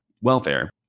welfare